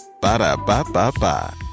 Ba-da-ba-ba-ba